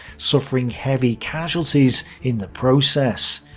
suffering heavy casualties in the process.